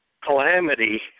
calamity